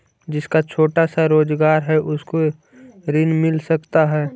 जिसका छोटा सा रोजगार है उसको ऋण मिल सकता है?